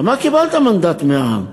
על מה קיבלתם מנדט מהעם?